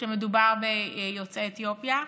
כשמדובר ביוצאי אתיופיה,